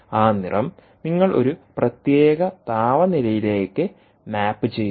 ആ നിറം നിങ്ങൾ ഒരു പ്രത്യേക താപനിലയിലേക്ക് മാപ്പ് ചെയ്യുന്നു